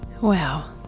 Wow